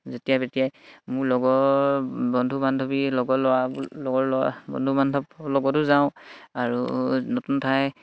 যেতিয়া তেতিয়াই মোৰ লগৰ বন্ধু বান্ধৱী লগৰ ল'ৰাবোৰ লগৰ ল'ৰা বন্ধু বান্ধৱৰ লগতো যাওঁ আৰু নতুন ঠাই